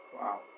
Wow